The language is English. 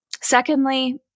Secondly